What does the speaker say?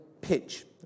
pitch